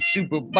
Super